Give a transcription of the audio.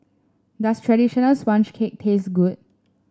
does traditional sponge cake taste good